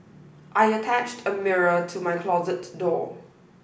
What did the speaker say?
I attached a mirror to my closet door